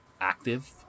active